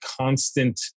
constant